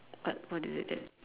what what is it that